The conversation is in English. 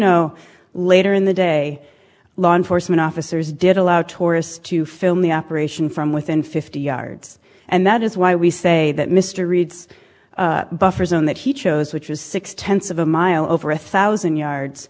know later in the day law enforcement officers did allow tourists to film the operation from within fifty yards and that is why we say that mr reed's buffer zone that he chose which was six tenths of a mile over a thousand yards